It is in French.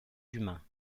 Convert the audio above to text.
humains